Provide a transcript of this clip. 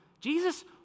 Jesus